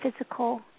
physical